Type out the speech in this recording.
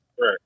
Right